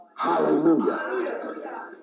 Hallelujah